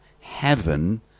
heaven